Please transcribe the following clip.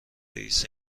رئیس